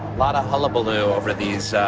lot of hullabaloo over these